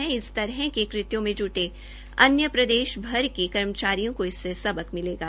इससे इस तरह के कृत्यों में जुटे अन्य प्रदेश भर के कर्मचारियों को भी सबक मिलेगा